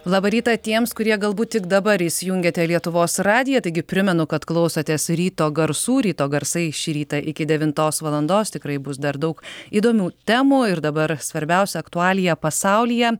labą rytą tiems kurie galbūt tik dabar įsijungiate lietuvos radiją taigi primenu kad klausotės ryto garsų ryto garsai šį rytą iki devintos valandos tikrai bus dar daug įdomių temų ir dabar svarbiausia aktualija pasaulyje